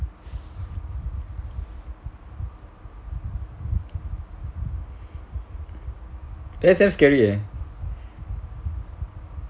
scary eh